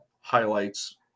highlights